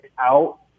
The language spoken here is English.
out